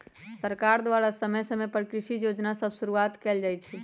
सरकार द्वारा समय समय पर कृषि जोजना सभ शुरुआत कएल जाइ छइ